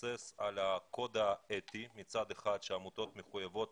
מתבסס מצד אחד על הקוד האתי שהעמותות מחויבות